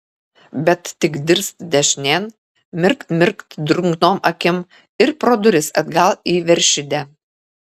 bet tik dirst dešinėn mirkt mirkt drungnom akim ir pro duris atgal į veršidę